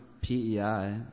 PEI